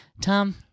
Tom